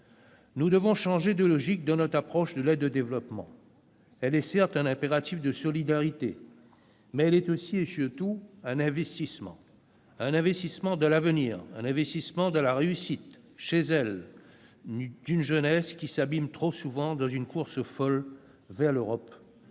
Nous devons changer de logique dans notre approche de l'aide au développement. Elle est certes un impératif de solidarité, mais elle est aussi, et surtout, un investissement : un investissement dans l'avenir, un investissement dans la réussite, chez elle, d'une jeunesse qui s'abîme trop souvent dans une course folle vers l'Europe, un